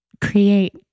create